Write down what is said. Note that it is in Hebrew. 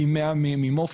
פי מאה ממורפיום,